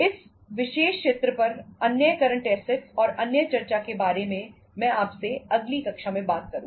इस विशेष क्षेत्र पर अन्य करंट असेट्स और अन्य चर्चा के बारे में मैं आपसे अगली कक्षा में बात करूंगा